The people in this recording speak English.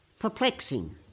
perplexing